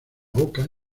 boca